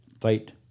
fight